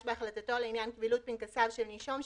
בהחלטתו לעניין קבילות פנקסיו של נישום,